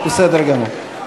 בסדר גמור.